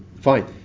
Fine